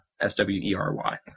S-W-E-R-Y